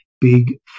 big